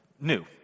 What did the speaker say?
new